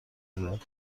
میدهد